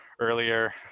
earlier